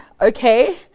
Okay